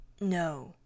No